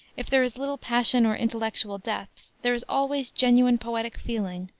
if there is little passion or intellectual depth, there is always genuine poetic feeling,